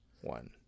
one